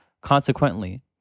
Consequently